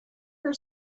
her